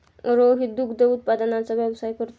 रोहित दुग्ध उत्पादनाचा व्यवसाय करतो